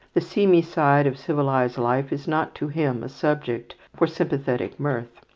the seamy side of civilized life is not to him a subject for sympathetic mirth.